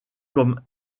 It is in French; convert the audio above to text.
comme